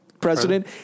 President